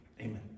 Amen